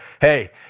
hey